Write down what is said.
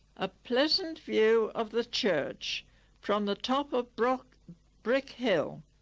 a pleasant view of the church from the top of brick brick hill